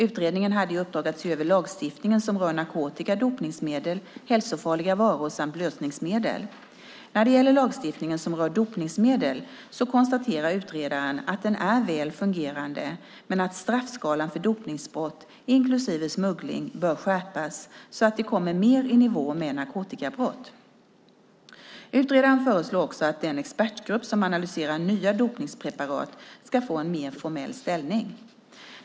Utredningen hade i uppdrag att se över lagstiftningen som rör narkotika, dopningsmedel, hälsofarliga varor samt lösningsmedel. När det gäller lagstiftningen som rör dopningsmedel konstaterar utredaren att den är väl fungerande men att straffskalan för dopningsbrott, inklusive smuggling, bör skärpas så att de kommer mer i nivå med narkotikabrott. Utredaren föreslår också att den expertgrupp som analyserar nya dopningspreparat ska få en mer formell ställning.